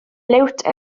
liwt